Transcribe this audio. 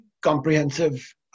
comprehensive